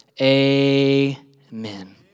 Amen